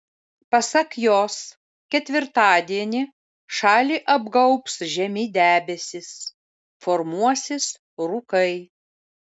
pasak jos ketvirtadienį šalį apgaubs žemi debesys formuosis rūkai